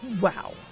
wow